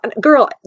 Girl